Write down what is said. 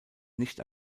nicht